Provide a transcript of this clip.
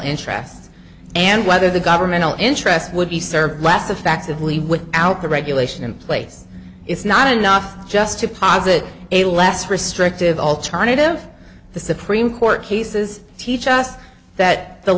interests and whether the governmental interests would be served last effectively with out the regulation in place it's not enough just to posit a less restrictive alternative the supreme court cases teach us that the